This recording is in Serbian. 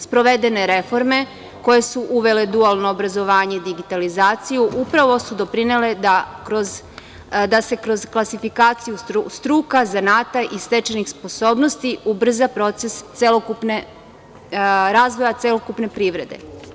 Sprovedene reforme koje su uvele dualno obrazovanje, digitalizaciju upravo su doprinele da se kroz klasifikaciju struka, zanata i stečenih sposobnosti ubrza proces razvoja celokupne privrede.